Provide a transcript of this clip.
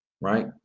right